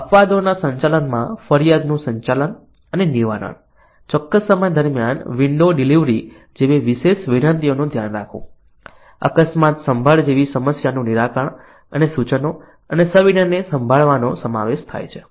અપવાદોના સંચાલનમાં ફરિયાદનું સંચાલન અને નિવારણ ચોક્કસ સમય દરમિયાન વિન્ડો ડિલિવરી જેવી વિશેષ વિનંતીઓનું ધ્યાન રાખવું અકસ્માત સંભાળવા જેવી સમસ્યાનું નિરાકરણ અને સૂચનો અને સવિનયને સંભાળવાનો સમાવેશ થાય છે